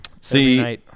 See